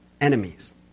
enemies